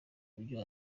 buryo